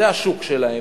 זה השוק שלהם,